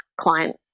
client